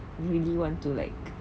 really want to like